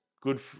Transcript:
Good